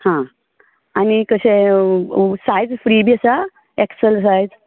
हां आनी कशें सायज फ्री बी आसा एक्सल सायज